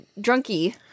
Drunky